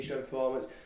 performance